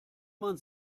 man